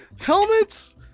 Helmets